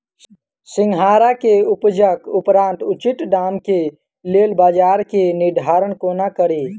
सिंघाड़ा केँ उपजक उपरांत उचित दाम केँ लेल बजार केँ निर्धारण कोना कड़ी?